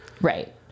Right